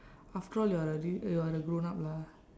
after all you are a r~ you are a grown up lah